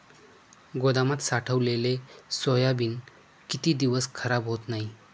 गोदामात साठवलेले सोयाबीन किती दिवस खराब होत नाही?